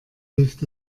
hilft